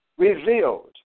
Revealed